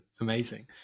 Amazing